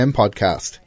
podcast